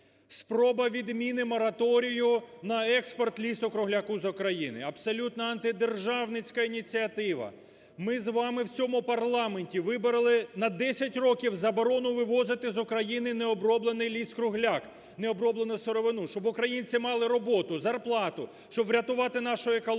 Спроба відміни мораторію на експорт лісу-кругляку з України – абсолютно антидержавницька ініціатива. Ми з вами у цьому парламенті вибороли на 10 років заборону вивозити з України необроблений ліс-кругляк, необроблену сировину, щоб українці мали роботу, зарплату, щоб врятувати нашу екологію.